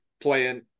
playing